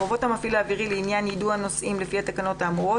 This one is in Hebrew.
חובות המפעיל האווירי לעניין יידוע נוסעים לפי התקנות האמורות,